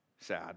sad